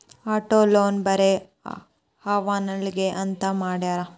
auto loan ಬರೆ ವಾಹನಗ್ಳಿಗೆ ಅಂತ್ ಮಾಡ್ಯಾರ